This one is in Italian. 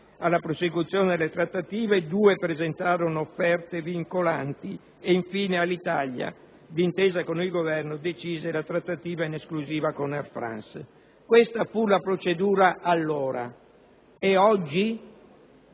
alla prosecuzione delle trattative e due presentarono offerte vincolanti. Infine Alitalia, d'intesa con il Governo, decise la trattativa in esclusiva con Air France. Questa fu la procedura, allora. Ed oggi?